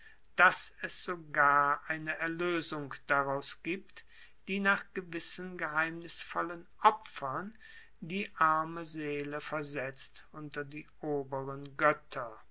dass es sogar eine erloesung daraus gibt die nach gewissen geheimnisvollen opfern die arme seele versetzt unter die oberen goetter